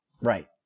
Right